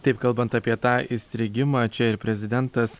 taip kalbant apie tą įstrigimą čia ir prezidentas